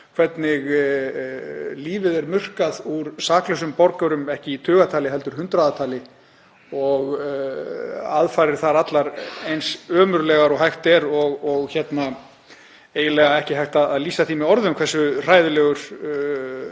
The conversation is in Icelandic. hvernig lífið er murkað úr saklausum borgurum, ekki í tugatali heldur í hundraðatali, og aðfarir þar allar eins ömurlegar og hægt er og eiginlega ekki hægt að lýsa því með orðum hversu hræðilegt